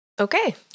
Okay